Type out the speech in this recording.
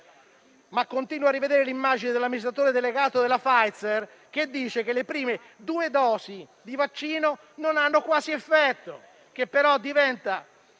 continuo ad avere impressa l'immagine dell'amministratore delegato della Pfizer che dice che le prime due dosi di vaccino non hanno quasi effetto e che l'efficacia